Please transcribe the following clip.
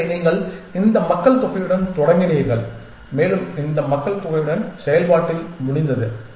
எனவே நீங்கள் இந்த மக்கள்தொகையுடன் தொடங்கினீர்கள் மேலும் இந்த மக்கள்தொகையுடன் செயல்பாட்டில் முடிந்தது